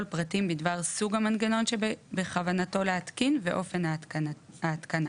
פרטים בדבר סוג המנגנון שבכוונתו להתקין ואופן ההתקנה,